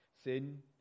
Sin